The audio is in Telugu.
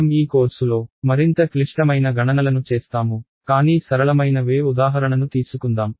మనం ఈ కోర్సులో మరింత క్లిష్టమైన గణనలను చేస్తాము కానీ సరళమైన వేవ్ ఉదాహరణను తీసుకుందాం